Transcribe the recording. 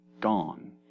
gone